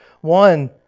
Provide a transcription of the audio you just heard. one